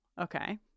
Okay